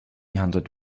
hundred